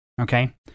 okay